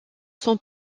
sont